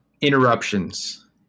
interruptions